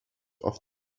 off